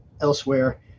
elsewhere